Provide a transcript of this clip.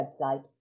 website